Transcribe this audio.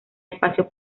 espacio